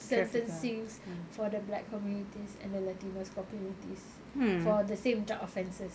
sentencings for the black communities and the latinos communities for the same drug offenses